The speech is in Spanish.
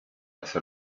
hacer